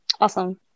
awesome